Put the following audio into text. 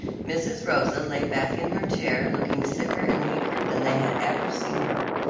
mrs. rosa lay back in her chair looking sicker and weaker than they had ever seen her,